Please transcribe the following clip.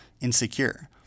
insecure